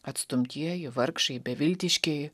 atstumtieji vargšai beviltiškieji